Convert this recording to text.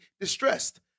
distressed